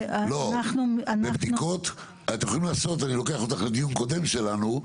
אני לוקח אותך לדיון קודם שלנו.